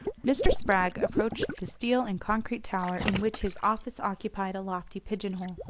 mr. spragg approached the steel and concrete tower in which his office occupied a lofty pigeon-hole.